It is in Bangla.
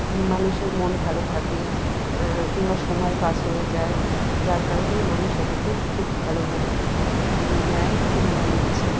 মানুষের মন ভালো থাকে কিংবা সময় পাস হয়ে যায় যার কারণেই মানুষ এটাকে খুব ভালোভাবে নেয় কিংবা নিচ্ছে